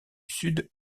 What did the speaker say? sud